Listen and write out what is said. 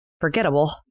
Forgettable